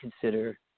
consider